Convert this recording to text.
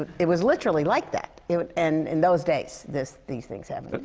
but it was literally like that. it and in those days. this these things happened. but